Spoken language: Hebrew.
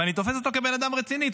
ואני תופס אותו כבן אדם רציני,